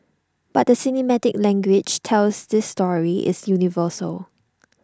but the cinematic language tells this story is universal